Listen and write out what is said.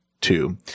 two